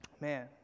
man